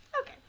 Okay